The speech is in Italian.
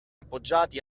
appoggiati